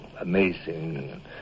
amazing